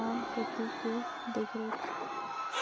आ कोती के देखरेख